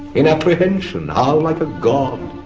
in apprehension how like a god!